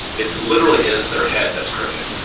it literally is their head that's crooked.